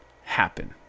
happen